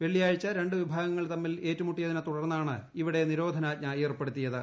വെള്ളിയാഴ്ച രണ്ട് വിഭാഗങ്ങൾ തമ്മിൽ ഏറ്റുമുട്ടിയതിനെത്തുടർന്നാണ് ഇവിടെ നിരോധനാജ്ഞ ഏർപ്പെടുത്തിയത്